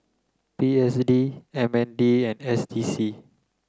P S D M N D and S T C